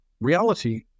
reality